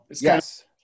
Yes